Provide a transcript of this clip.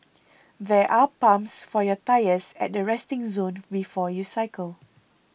there are pumps for your tyres at the resting zone before you cycle